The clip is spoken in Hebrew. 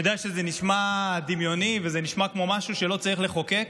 אני יודע שזה נשמע דמיוני וזה נשמע כמו משהו שלא צריך לחוקק,